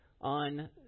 on